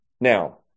Now